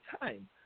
time